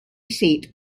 seat